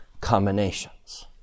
combinations